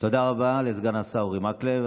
תודה רבה לסגן השר אורי מקלב.